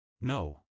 No